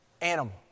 animal